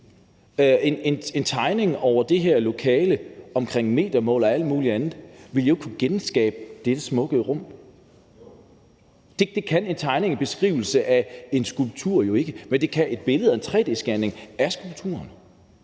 en tegning over det her lokale med korrekte metermål og alt muligt andet ville jo ikke kunne genskabe dette smukke rum. Det kan en tegning og en beskrivelse af en skulptur jo ikke, men det kan et billede og en tre-d-scanning af skulpturen.